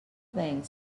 thing